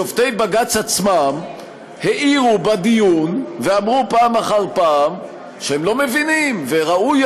שופטי בג"ץ עצמם העירו בדיון ואמרו פעם אחר פעם שהם לא מבינים וראוי